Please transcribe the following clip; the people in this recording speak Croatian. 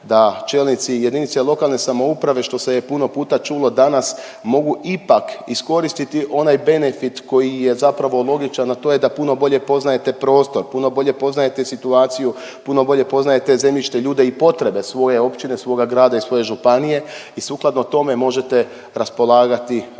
da čelnici jedinice lokalne samouprave što se je puno puta čulo danas mogu ipak iskoristiti onaj benefit koji je zapravo logičan, a to je da puno bolje poznajete prostor, puno bolje poznajete situaciju, puno bolje poznajete zemljište, ljude i potrebe svoje općine, svoga grada i svoje županije i sukladno tome možete raspolagati vašom